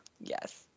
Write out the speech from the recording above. yes